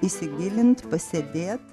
įsigilint pasėdėt